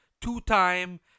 Two-time